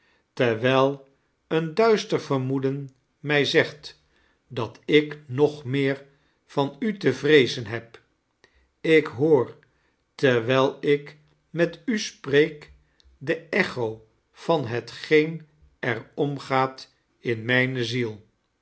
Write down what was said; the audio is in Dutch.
terwijl een dudster vermoeden mij zegt dat ik nog meer van u te vreezen heb ik boor terwijl ik met u spreek de echo van hetgeen er omgaat in mijne ziel